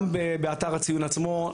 גם באתר הציון עצמו,